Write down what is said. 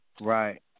Right